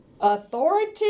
authority